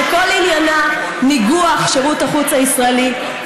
שכל עניינה ניגוח שירות החוץ הישראלי,